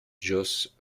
josse